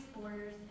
borders